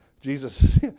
Jesus